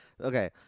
Okay